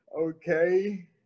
Okay